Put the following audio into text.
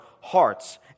hearts